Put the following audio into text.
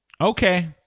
Okay